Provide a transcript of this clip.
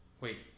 Wait